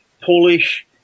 Polish